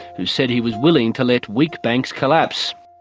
who said he was willing to let weak banks collapse.